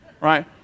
right